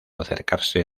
acercarse